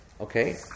okay